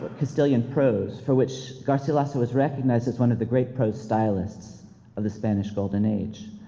castillian prose for which garcilaso was recognized as one of the great prose stylists of the spanish golden age.